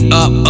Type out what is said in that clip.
up